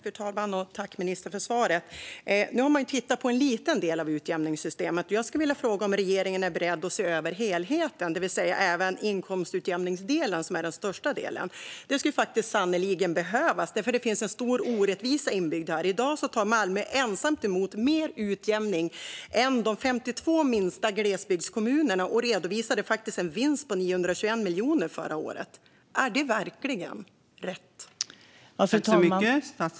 Fru talman! Tack, ministern, för svaret! Nu har man tittat på en liten del av utjämningssystemet. Jag skulle vilja fråga om regeringen är beredd att se över helheten, det vill säga även inkomstutjämningsdelen som är den största delen. Det skulle sannerligen behövas, för det finns en stor orättvisa inbyggd där. I dag tar Malmö ensamt emot mer utjämningsbidrag än de 52 minsta glesbygdskommunerna tillsammans. Malmö redovisade faktiskt en vinst på 921 miljoner förra året. Är det verkligen rätt?